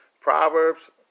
Proverbs